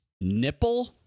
Nipple